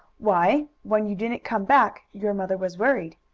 why, when you didn't come back your mother was worried,